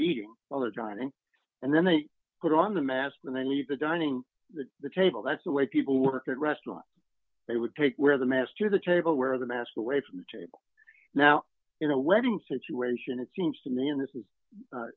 eating while they're dining and then they put on the mask and they leave the dining table that's the way people work at restaurants they would take where the master of the table where the mask away from the table now in a wedding situation it seems to me and this is